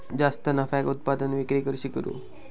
जास्त नफ्याक उत्पादन विक्री कशी करू?